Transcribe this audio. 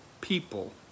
people